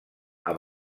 amb